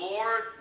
Lord